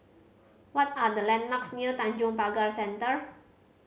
what are the landmarks near Tanjong Pagar Centre